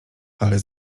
ale